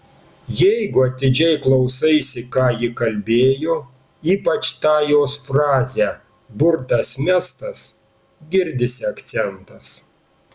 jeigu atidžiai klausaisi ką ji kalbėjo ypač tą jos frazę burtas mestas girdisi akcentas